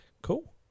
Cool